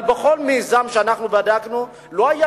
אבל בכל מיזם שאנחנו בדקנו לא היה